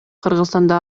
кыргызстанда